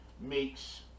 makes